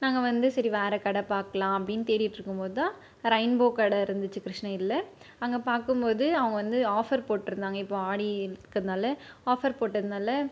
நாங்கள் வந்து சரி வேறு கடை பார்க்கலாம் அப்படின்னு தேடிகிட்டு இருக்கும்போதுதான் ரெயின்போ கடை இருந்துச்சு கிருஷ்ணகிரியில் அங்கே பார்க்கும்போது அவங்க வந்து ஆஃபர் போட்டிருந்தாங்க இப்போது ஆடி இருக்கிறதனால ஆஃபர் போட்டதுனால்